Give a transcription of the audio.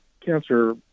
cancer